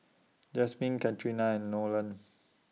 Jasmine Katharina and Nolen